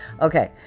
Okay